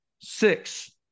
six